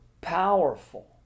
powerful